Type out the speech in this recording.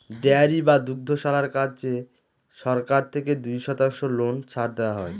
dairy বা দুগ্ধশালার কাজে সরকার থেকে দুই শতাংশ লোন ছাড় দেওয়া হয়